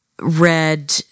read